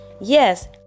yes